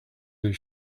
that